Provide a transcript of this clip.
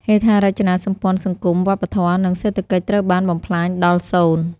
ហេដ្ឋារចនាសម្ព័ន្ធសង្គម វប្បធម៌ និងសេដ្ឋកិច្ចត្រូវបានបំផ្លាញដល់សូន្យ។